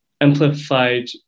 amplified